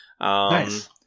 Nice